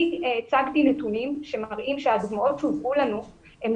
אני הצגתי נתונים שמראים שהדוגמאות שהובאו לנו הן